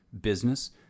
business